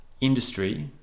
industry